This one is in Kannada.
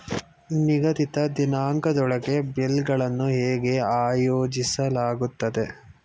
ನಿಗದಿತ ದಿನಾಂಕದೊಳಗೆ ಬಿಲ್ ಗಳನ್ನು ಹೇಗೆ ಆಯೋಜಿಸಲಾಗುತ್ತದೆ?